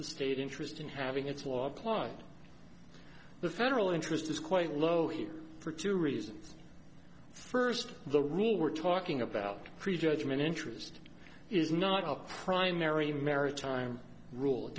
the state interest in having its law apply the federal interest is quite low here for two reasons first the rule we're talking about prejudgment interest is not of primary maritime rule it